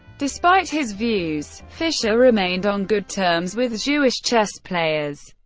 despite his views, fischer remained on good terms with jewish chess players.